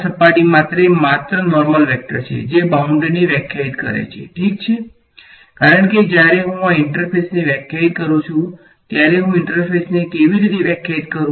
આ સપાટી માટે માત્ર નોર્મલ વેક્ટર છે જે બાઉંડ્રીને વ્યાખ્યાયિત કરે છે ઠીક છે કારણ કે જ્યારે પણ હું ઇન્ટરફેસને વ્યાખ્યાયિત કરું છું ત્યારે હું ઇન્ટરફેસને કેવી રીતે વ્યાખ્યાયિત કરું